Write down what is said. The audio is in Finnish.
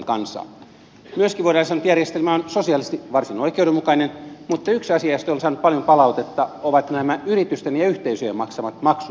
myöskin voidaan sanoa että järjestelmä on sosiaalisesti varsin oikeudenmukainen mutta yksi asia josta olen saanut paljon palautetta on yritysten ja yhteisöjen maksamat maksut